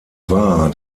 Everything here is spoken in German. war